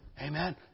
Amen